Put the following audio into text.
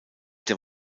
der